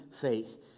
faith